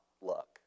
luck